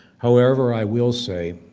however i will say,